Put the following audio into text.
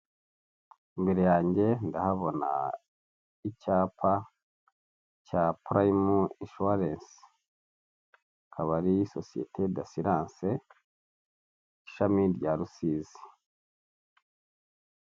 Imbere yanjye ndahabona icyapa cya purayimu enshuwarensi, akabari sosiyete dasiranse ishami rya rusizi.